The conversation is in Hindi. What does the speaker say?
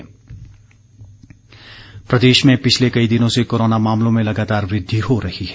कोरोना प्रदेश प्रदेश में पिछले कई दिनों से कोरोना मामलों में लगातार वृद्धि हो रही है